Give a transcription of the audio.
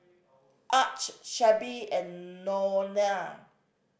Arch Shelbi and Nona